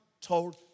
told